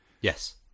Yes